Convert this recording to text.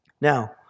Now